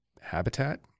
habitat